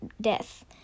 death